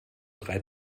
drei